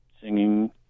singing